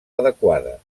adequada